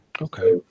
Okay